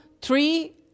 three